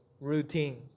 routine